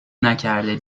نکرده